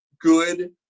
good